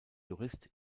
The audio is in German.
jurist